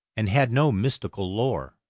and had no mystical lore.